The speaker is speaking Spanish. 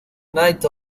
night